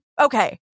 Okay